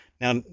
now